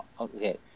okay